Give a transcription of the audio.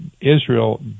Israel